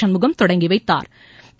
சண்முகம் தொடங்கி வைத்தாா்